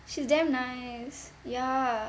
she's damn nice ya